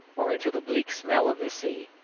or into the bleak smell of the sea.